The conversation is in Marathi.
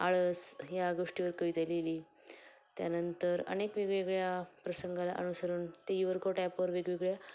आळस ह्या गोष्टीवर कविता लिहिली त्यानंतर अनेक वेगवेगळ्या प्रसंगाला अनुसरून ते युवरकोट अॅपवर वेगवेगळ्या